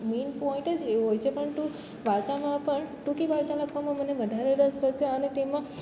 main point જ એ હોય છે પરંતુ વાર્તામાં પણ ટૂંકી વાર્તા લખવામાં જેને વધારે રસ પડશે અને તેમાં